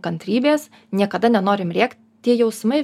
kantrybės niekada nenorim rėk tie jausmai